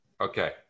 Okay